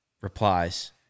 replies